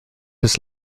his